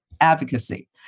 advocacy